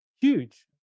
huge